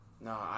No